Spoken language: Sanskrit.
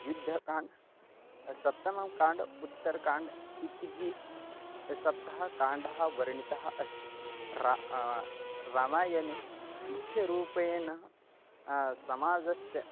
युद्धकाण्डः सप्तमकाण्डः उत्तरकाण्डः इति सप्तकाण्डाः वर्णितः अस्ति रा रामायणे मुख्यरूपेणः समाजस्य